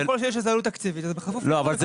ככל שיש לזה עלות תקציבית אז זה בכפוף למקורות תקציביים.